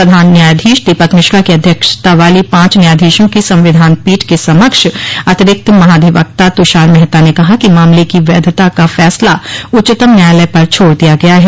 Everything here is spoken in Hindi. प्रधान न्यायाधीश दीपक मिश्रा की अध्यक्षता वाली पांच न्यायाधीशों की संविधान पीठ के समक्ष अतिरिक्त महाधिवक्ता तुषार मेहता ने कहा कि मामले की वैधता का फैसला उच्चतम न्यायालय पर छोड़ दिया गया है